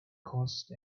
cost